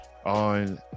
On